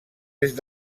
est